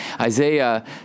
Isaiah